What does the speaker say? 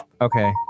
okay